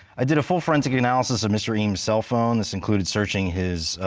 i did a full forensic analysis of mr. eames' cell phone. this included searching his, ah,